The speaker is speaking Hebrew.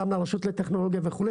פעם לרשות לטכנולוגיה וכולי,